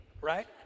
right